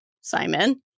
Simon